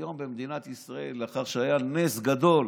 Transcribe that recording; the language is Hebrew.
היום במדינת ישראל, לאחר שהיה נס גדול